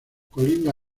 colinda